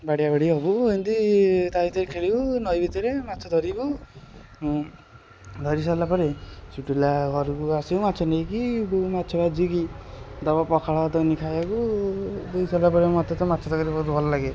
ବାଡ଼ିଆବାଡ଼ି ହେବୁ ଏମତି ତା' ଭିତରେ ଖେଳିବୁ ନଈ ଭିତରେ ମାଛ ଧରିବୁ ଧରି ସାରିଲାପରେ ସେଇଠୁ ହେଲା ଘରକୁ ଆସିବୁ ମାଛ ନେଇକି ବୋଉ ମାଛ ଭାଜିକି ଦେବ ପଖାଳଭାତ ଏନି ଖାଇବାକୁ ଦେଇ ସାରିଲାପରେ ମୋତେ ତ ମାଛ ତରକାରୀ ବହୁତ ଭଲ ଲାଗେ